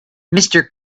mister